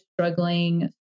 struggling